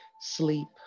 sleep